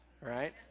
right